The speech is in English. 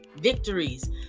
victories